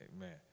amen